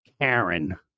Karen